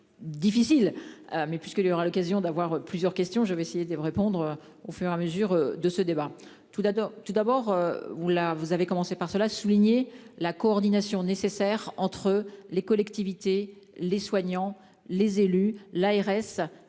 Difficile mais puisqu'il y aura l'occasion d'avoir plusieurs questions, je vais essayer de vous répondre. Au fur et à mesure de ce débat tout d'abord tout d'abord vous là, vous avez commencé par cela souligné la coordination nécessaire entre les collectivités, les soignants, les élus l'ARS.